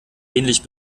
ähnlich